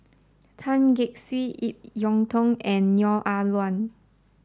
Tan Gek Suan Ip Yiu Tung and Neo Ah Luan